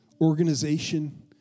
organization